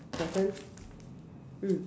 your turn mm